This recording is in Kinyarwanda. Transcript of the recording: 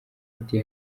ati